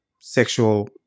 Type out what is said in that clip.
sexual